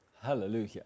Hallelujah